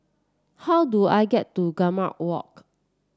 how do I get to Gambir Walk